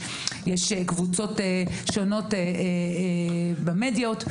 יש קבוצות שונות במדיות.